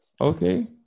Okay